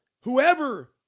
whoever